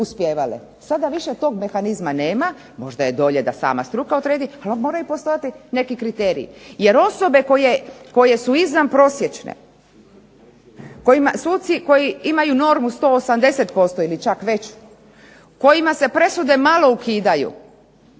Sada više tog mehanizma nema, možda je bolje da sama struka odredi, ali moraju postojati neki kriteriji jer osobe koje su izvanprosječne, suci koji imaju normu 180% ili čak veću, kojima se presude malo ukidaju,